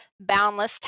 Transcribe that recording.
Boundless